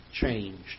changed